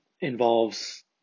involves